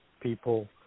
people